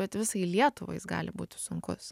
bet visai lietuvai jis gali būti sunkus